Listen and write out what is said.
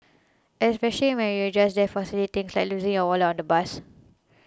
especially when you're just there for silly things like losing your wallet on the bus